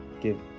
give